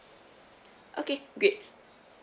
okay great